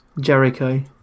Jericho